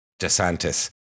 DeSantis